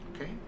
Okay